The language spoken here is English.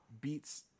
beats